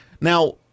Now